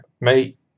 mate